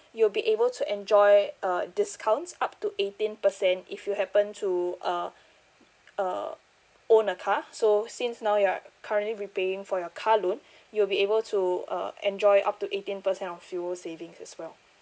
you'll be able to enjoy uh discounts up to eighteen percent if you happen to uh uh own a car so since now you are currently repaying for your car loan you'll be able to uh enjoy up to eighteen percent of fuel savings as well